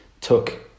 took